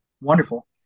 wonderful